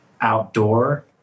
outdoor